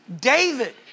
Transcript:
David